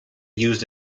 used